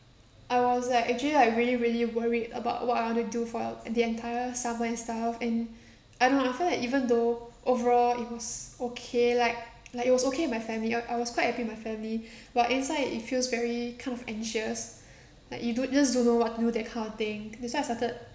I was like actually like really really worried about what I want to do for uh the entire summer and stuff and I don't know I feel like even though overall it was okay like like it was okay with my family I I was quite happy with my family but inside it feels very kind of anxious like you do just don't know what to do that kind of thing that's why I started